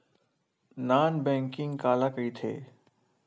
Non banking काला कइथे?